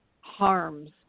harms